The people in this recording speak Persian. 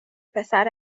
پسر